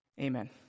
Amen